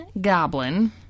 Goblin